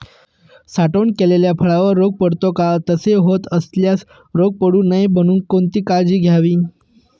साठवण केलेल्या फळावर रोग पडतो का? तसे होत असल्यास रोग पडू नये म्हणून कोणती काळजी घ्यावी?